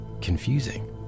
confusing